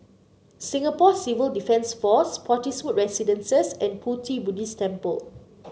Singapore Civil Defence Force Spottiswoode Residences and Pu Ti Buddhist Temple